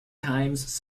times